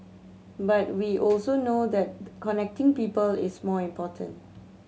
but we also know that connecting people is more important